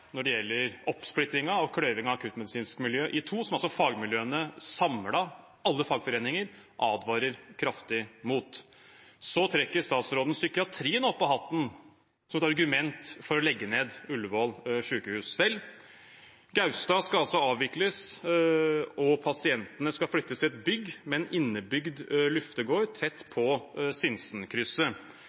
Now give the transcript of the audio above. når det gjelder oppsplittingen og kløyvingen av akuttmedisinsk miljø i to, som fagmiljøene samlet og alle fagforeninger advarer kraftig mot. Så trekker statsråden psykiatrien opp av hatten som et argument for å legge ned Ullevål sykehus. Gaustad skal avvikles, og pasientene skal flyttes til et bygg med en innebygd luftegård tett på Sinsenkrysset.